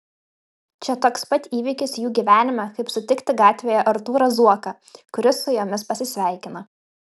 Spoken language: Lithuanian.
čia toks pat įvykis jų gyvenime kaip sutikti gatvėje artūrą zuoką kuris su jomis pasisveikina